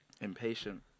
impatient